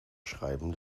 schreiben